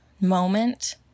moment